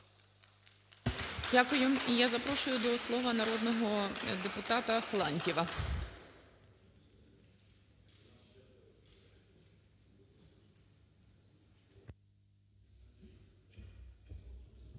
Дякую вам. Я запрошую до слова народного депутатаГаласюка.